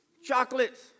Chocolates